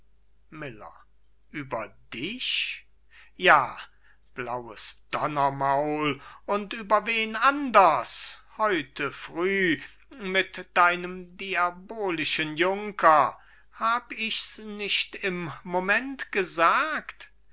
miller über dich ja blaues donnermaul und über wen anders heute früh mit deinem diabolischen junker hab ich's nicht im moment gesagt